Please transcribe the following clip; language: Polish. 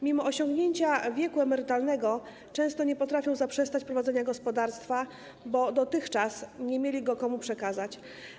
Mimo osiągnięcia wieku emerytalnego często nie potrafią zaprzestać prowadzenia gospodarstwa, bo dotychczas nie mieli go komu przekazać.